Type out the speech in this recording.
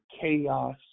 chaos